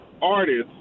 artists